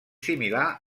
similar